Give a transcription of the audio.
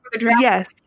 Yes